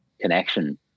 connection